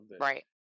right